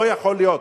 לא יכול להיות.